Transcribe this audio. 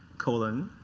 colon.